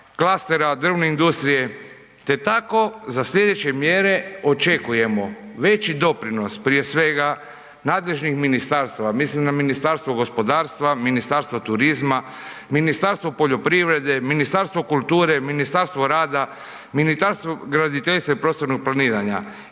klastera, drvne industrije, te tako za slijedeće mjere očekujemo veći doprinos prije svega nadležnih ministarstava, mislim na Ministarstvo gospodarstva, Ministarstvo turizma, Ministarstvo poljoprivrede, Ministarstvo kulture, Ministarstvo rada, Ministarstvo graditeljstva i prostornog planiranja